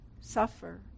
suffer